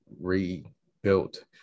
rebuilt